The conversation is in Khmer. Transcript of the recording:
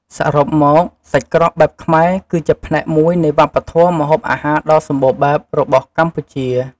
សរុបមក សាច់ក្រកបែបខ្មែរ គឺជាផ្នែកមួយនៃវប្បធម៌ម្ហូបអាហារដ៏សម្បូរបែបរបស់កម្ពុជា។